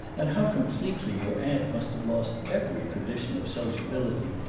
and how completely your aunt must have lost every tradition of sociability,